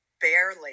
barely